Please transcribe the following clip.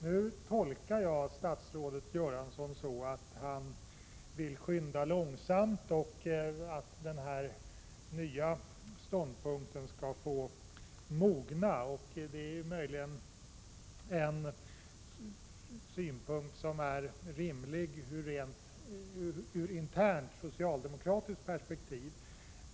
Nu tolkar jag statsrådet Göransson så att han vill skynda långsamt och vill att idén skall få mogna. Det är möjligen en rimlig ståndpunkt ur internt socialdemokratiskt perspektiv.